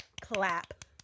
Clap